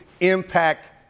impact